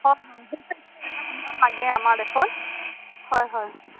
হয় হয় লাগে আমাৰ দেশত হয় হয়